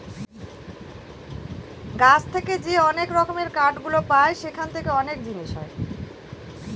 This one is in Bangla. গাছ থেকে যে অনেক রকমের কাঠ গুলো পায় সেখান থেকে অনেক জিনিস হয়